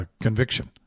conviction